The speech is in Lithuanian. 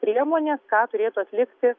priemonės ką turėtų atlikti